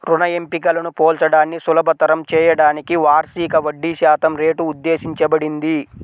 రుణ ఎంపికలను పోల్చడాన్ని సులభతరం చేయడానికి వార్షిక వడ్డీశాతం రేటు ఉద్దేశించబడింది